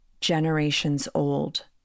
generations-old